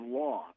law